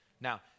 Now